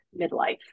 midlife